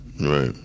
Right